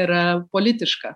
yra politiška